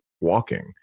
walking